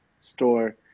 store